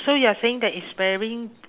so you're saying that it's wearing